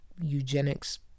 eugenics